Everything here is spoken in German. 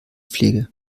pflege